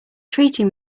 treating